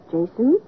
Jason